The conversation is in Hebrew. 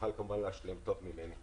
ככל שפורסם אחרת זה שגוי.